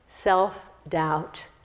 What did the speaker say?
self-doubt